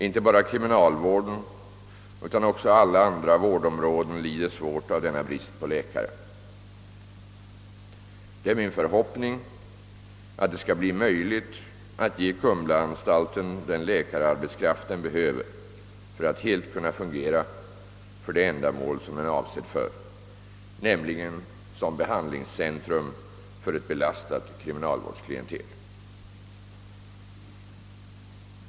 Inte bara kriminalvården utan också mentalsjukvården och alla andra vårdområden lider svårt av denna brist på läkare. Det är min förhoppning att det skall bli möjligt att ge Kumlaanstalten den läkararbetskraft den behöver för att helt kunna fungera för det ändamål, som den är avsedd för, nämligen som behandlingscentrum för ett belastat kriminalvårdsklientel.